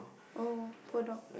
oh poor dog